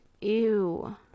Ew